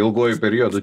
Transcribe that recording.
ilguoju periodu